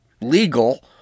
legal